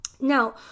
Now